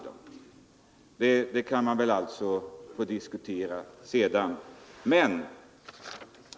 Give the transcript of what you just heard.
Den saken kan vi diskutera ——— re di Sp dd Den statliga trafiksenare.